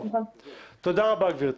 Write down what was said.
טוב, תודה רבה, גברתי.